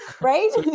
right